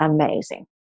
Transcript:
amazing